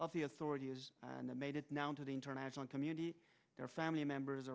of the authority and they made it now into the international community their family members